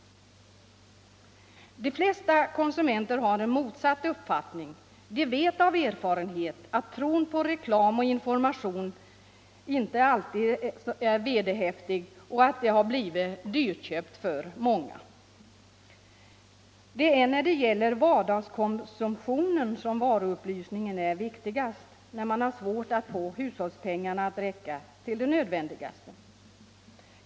De flesta konsumenter har en motsatt uppfattning. De vet av erfarenhet att tron på att reklam och information alltid är vederhäftiga har blivit dyrbar för många. Det är när det gäller vardagskonsumtionen som varuupplysningen är viktigast, när man har svårt att få hushållspengarna att räcka till det nödvändigaste.